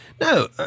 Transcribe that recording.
no